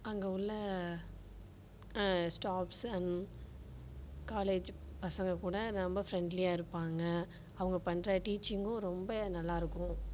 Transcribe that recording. அங்கே உள்ள staffs college பசங்கள் கூட ரொம்ப ஃப்ரெண்ட்லியாக இருப்பாங்க அவங்க பண்ணுற டீச்சிங்கும் ரொம்ப நல்லாயிருக்கும்